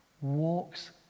walks